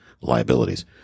liabilities